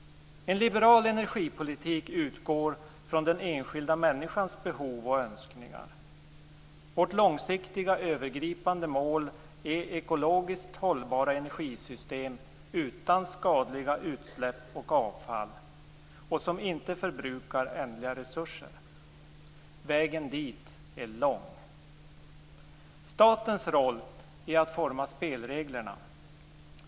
En liberal energipolitik utgår från den enskilda människans behov och önskningar. Vårt långsiktiga, övergripande mål är ekologiskt hållbara energisystem som inte ger skadliga utsläpp och avfall och som inte förbrukar ändliga resurser. Vägen dit är lång. Statens roll är att forma spelreglerna.